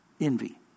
Envy